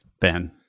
Ben